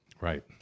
Right